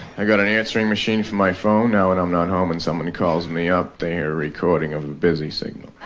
i got an answering machine for my phone. now when i'm not home and somebody calls me up they hear a recording of the busy signal.